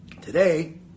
today